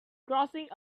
crossing